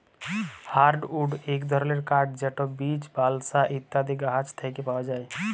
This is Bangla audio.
হার্ডউড ইক ধরলের কাঠ যেট বীচ, বালসা ইত্যাদি গাহাচ থ্যাকে পাউয়া যায়